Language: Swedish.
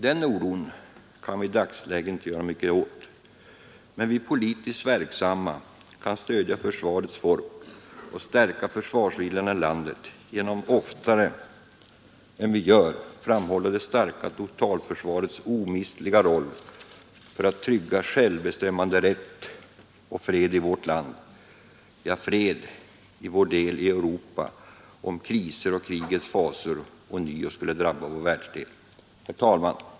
Den oron kan vi i dagsläget inte göra mycket åt, men vi politiskt verksamma kan stödja försvarets folk och stärka försvarsviljan i landet genom att oftare än vi gör framhålla det starka totalförsvarets omistliga roll för att trygga självbestämmanderätt och fred i vårt land — ja, fred i vår del av Europa, om kriser och krigets faror ånyo skulle drabba vår världsdel. Herr talman!